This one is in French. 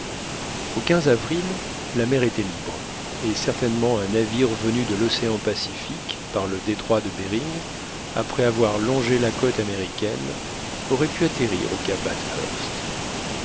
au avril la mer était libre et certainement un navire venu de l'océan pacifique par le détroit de behring après avoir longé la côte américaine aurait pu atterrir au